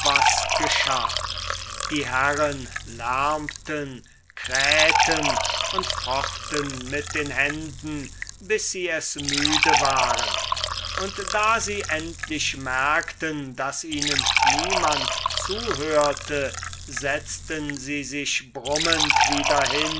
die herren lärmten krähten und fochten mit den händen bis sie es müde waren und da sie endlich merkten daß ihnen niemand zuhörte setzten sie sich brummend wieder hin